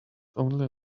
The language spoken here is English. only